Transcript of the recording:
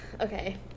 Okay